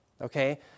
Okay